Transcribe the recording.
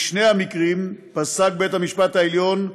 בשני המקרים פסק בית-המשפט העליון,